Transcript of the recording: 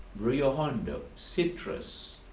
rio hondo, citrus,